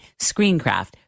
ScreenCraft